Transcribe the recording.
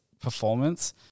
performance